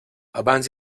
abans